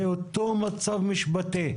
זה אותו מצב משפטי,